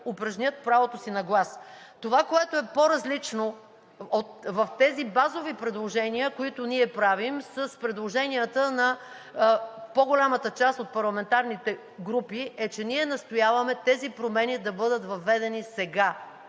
упражнят правото си на глас. Това, което е по-различно в базовите предложения, които правим, от предложенията на по-голямата част от парламентарните групи, е, че ние настояваме тези промени да бъдат въведени сега,